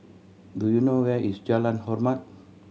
do you know where is Jalan Hormat